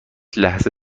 لحظه